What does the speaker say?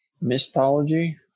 Mythology